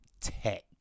tech